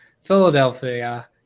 Philadelphia